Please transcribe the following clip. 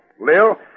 Lil